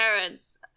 parents